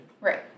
Right